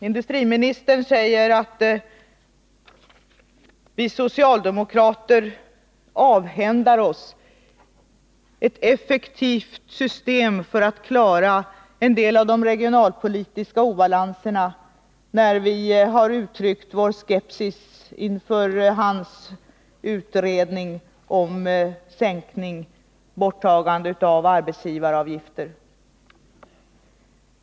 Industriministern säger att vi socialdemokrater avhänder oss ett effektivt system för att klara en del av de regionalpolitiska obalanserna när vi uttrycker vår skepsis inför hans utredning om sänkning eller borttagande av arbetsgivaravgifter.